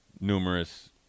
numerous